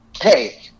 hey